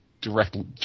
directly